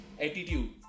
attitude